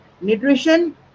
nutrition